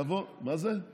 לא יהיו פקקים.